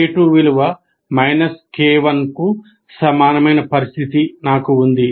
K2 విలువ K1 కు సమానమైన పరిస్థితి నాకు ఉంది